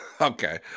Okay